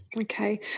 Okay